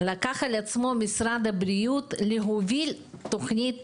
לקח על עצמו משרד הבריאות להוביל תוכנית